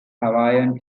hawaiian